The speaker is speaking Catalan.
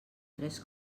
tres